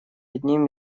одним